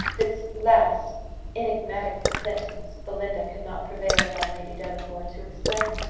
this last enigmatical sentence belinda could not prevail upon lady delacour to explain.